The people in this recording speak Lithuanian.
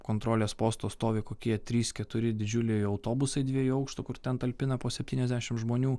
kontrolės posto stovi kokie trys keturi didžiuliai autobusai dviejų aukštų kur ten talpina po septyniasdešimt žmonių